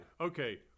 Okay